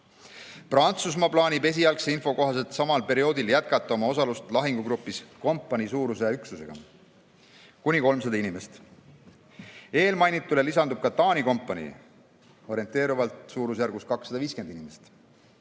Prantsusmaa plaanib esialgse info kohaselt samal perioodil jätkata oma osalust lahingugrupis kompaniisuuruse üksusega, kuni 300 inimest. Eelmainitule lisandub Taani kompanii orienteeruvalt suurusjärgus 250 inimest.